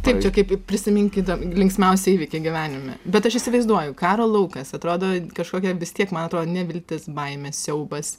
taip čia kaip prisiminkite linksmiausią įvykį gyvenime bet aš įsivaizduoju karo laukas atrodo kažkokia vis tiek man atrodo neviltis baimė siaubas